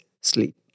sleep